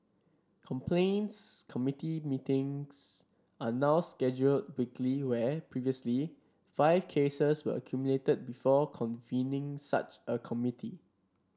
complaints committee meetings are now scheduled weekly where previously five cases were accumulated before convening such a committee